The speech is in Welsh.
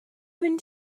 mynd